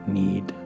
need